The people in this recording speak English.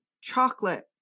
chocolate